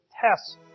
test